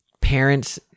parents –